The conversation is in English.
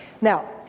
Now